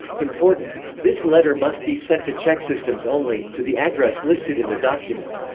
important! this letter must be sent to chexsystems only, to the address listed in the document.